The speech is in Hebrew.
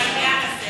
בעניין הזה